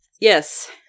Yes